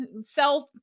self-